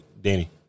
Danny